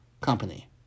company